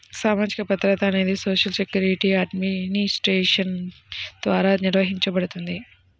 సామాజిక భద్రత అనేది సోషల్ సెక్యూరిటీ అడ్మినిస్ట్రేషన్ ద్వారా నిర్వహించబడుతుంది